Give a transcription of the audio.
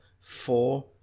four